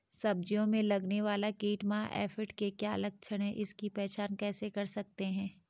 सब्जियों में लगने वाला कीट माह एफिड के क्या लक्षण हैं इसकी पहचान कैसे कर सकते हैं?